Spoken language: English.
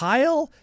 Kyle